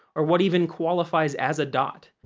or what even qualifies as a dot.